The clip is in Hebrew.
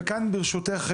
ברשותך,